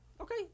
Okay